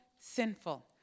sinful